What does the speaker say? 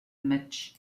match